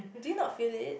do you not feel it